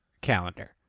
calendar